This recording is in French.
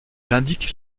indique